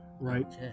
Right